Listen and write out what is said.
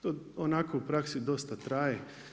To onako u praksi dosta traje.